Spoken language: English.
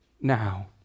now